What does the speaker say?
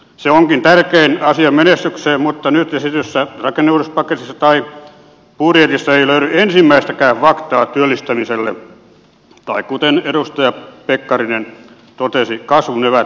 se onkin tärkein asia menestykseen mutta nyt esitetyssä rakenneuudistuspaketista tai budjetista ei löydy ensimmäistäkään faktaa työllistämiselle tai kuten edustaja pekkarinen totesi kasvun eväät puuttuvat